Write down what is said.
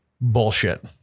Bullshit